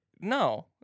No